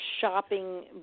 shopping